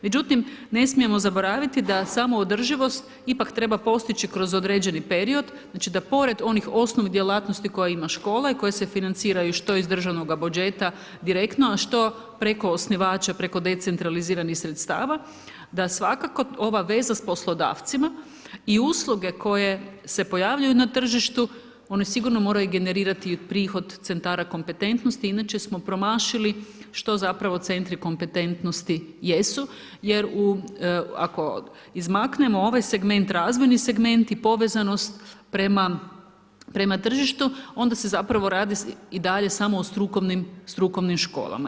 Međutim, ne smijemo zaboraviti da samoodrživost ipak treba postići kroz određeni period, znači da pored onih osnovnih djelatnosti koje ima škola i koje se financiraju što iz državnog budžeta direktno, a što preko osnivača, preko decentraliziranih sredstava, da svakako ova veza s poslodavcima i usluge koje se pojavljuju na tržištu, oni sigurno moraju generirati prihod centara kompetentnosti, inače smo promašili što zapravo centri kompetentnosti jesu jer ako izmaknemo ovaj razvojni segment i povezanost prema tržištu, onda se zapravo radi i dalje samo o strukovnim školama.